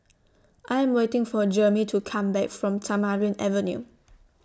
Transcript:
I Am waiting For Jermey to Come Back from Tamarind Avenue